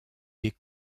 des